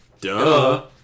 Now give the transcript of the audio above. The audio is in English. Duh